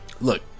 Look